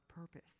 purpose